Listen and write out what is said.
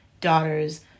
daughters